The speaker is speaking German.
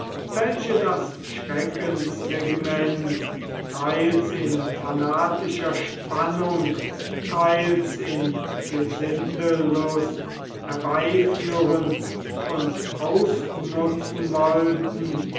welche das schreckensregiment teils in fanatischer spannung teils in gesindellust herbeiführen und ausnutzen wollten